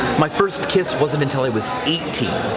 my first kiss wasn't until i was eighteen.